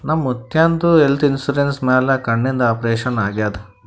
ನಮ್ ಮುತ್ಯಾಂದ್ health insurance ಮ್ಯಾಲ ಕಣ್ಣಿಂದ್ ಆಪರೇಷನ್ ಆಗ್ಯಾದ್